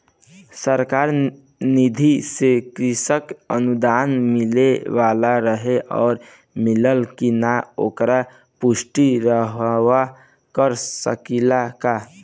सरकार निधि से कृषक अनुदान मिले वाला रहे और मिलल कि ना ओकर पुष्टि रउवा कर सकी ला का?